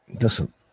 Listen